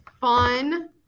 fun